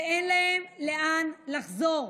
ואין להן לאן לחזור,